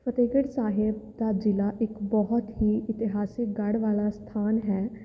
ਫਤਿਹਗੜ੍ਹ ਸਾਹਿਬ ਦਾ ਜ਼ਿਲ੍ਹਾ ਇੱਕ ਬਹੁਤ ਹੀ ਇਤਿਹਾਸਿਕ ਗੜ੍ਹ ਵਾਲਾ ਸਥਾਨ ਹੈ